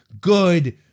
Good